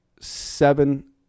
seven